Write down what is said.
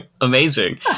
amazing